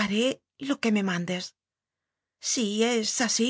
haré lo que me mandes si es así